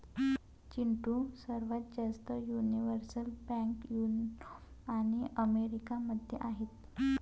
चिंटू, सर्वात जास्त universal bank Europe आणि अमेरिका मध्ये आहेत